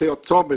עושה עוד צומת,